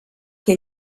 que